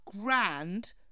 grand